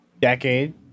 decade